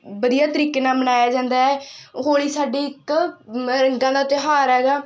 ਵਧੀਆ ਤਰੀਕੇ ਨਾਲ ਮਨਾਇਆ ਜਾਂਦਾ ਹੈ ਹੋਲੀ ਸਾਡੇ ਇੱਕ ਰੰਗਾਂ ਦਾ ਤਿਉਹਾਰ ਹੈਗਾ